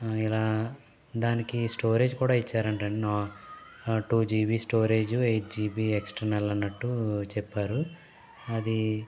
ఆ ఇలా దానికి స్టోరేజ్ కూడా ఇచ్చారంట um two GB storage eight GB external ఉన్నట్టు చెప్పారు అది